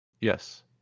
Yes